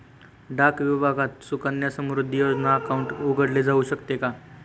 डाक विभागात सुकन्या समृद्धी योजना अकाउंट उघडले जाऊ शकते का?